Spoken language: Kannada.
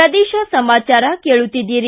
ಪ್ರದೇಶ ಸಮಾಚಾರ ಕೇಳುತ್ತೀದ್ದಿರಿ